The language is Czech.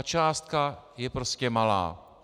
Částka je prostě malá.